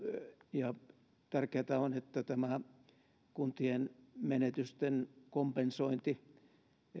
ja tärkeätä on että tämä kuntien menetysten kompensointi